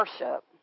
worship